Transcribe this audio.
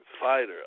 fighter